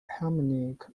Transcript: harmonic